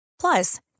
Plus